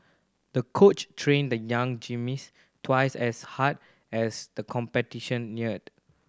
the coach trained the young gymnast twice as hard as the competition neared